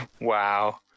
Wow